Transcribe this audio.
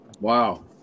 Wow